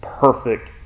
perfect